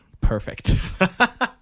Perfect